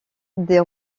des